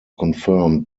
confirmed